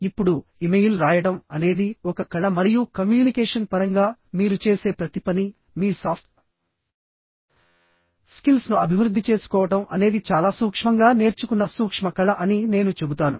ఇప్పుడు ఇమెయిల్ రాయడం అనేది ఒక కళ మరియు కమ్యూనికేషన్ పరంగా మీరు చేసే ప్రతి పనిమీ సాఫ్ట్ స్కిల్స్ను అభివృద్ధి చేసుకోవడం అనేది చాలా సూక్ష్మంగా నేర్చుకున్న సూక్ష్మ కళ అని నేను చెబుతాను